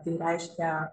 tai reiškia